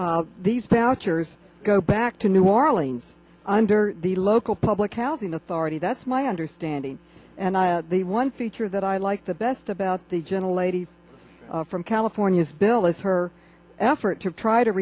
vouchers go back to new orleans under the local public housing authority that's my understanding and i the one feature that i like the best about the gentle lady from california's bill is her effort to try to